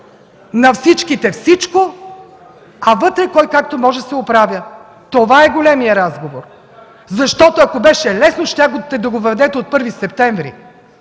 На всичките всичко, а вътре кой както може се оправя – това е големият разговор. Защото, ако беше лесно, щяхте да го въведете от 1 септември,